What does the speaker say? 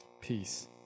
Peace